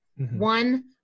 One